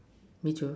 me too